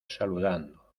saludando